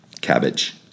Cabbage